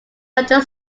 london